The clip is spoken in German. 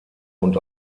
und